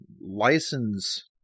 license